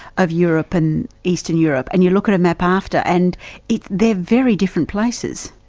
of europe and eastern europe, and you look at a map after, and they're very different places.